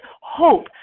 hope